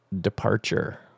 departure